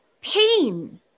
pain